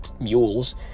mules